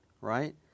right